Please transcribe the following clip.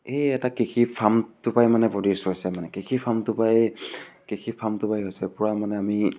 এই এটা কৃষি ফাৰ্মটো পাই মানে প্ৰডিউচ হৈছে মানে কৃষি ফাৰ্মটো পাই কৃষি ফাৰ্মটো পাই হৈছে পূৰা মানে আমি